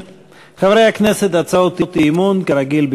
חובת הודעה למנוי על ניצול חבילת גלישה),